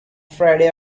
friday